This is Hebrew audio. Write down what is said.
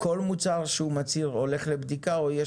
כל מוצר שהוא מצהיר הולך לבדיקה או יש